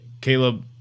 Caleb